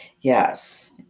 yes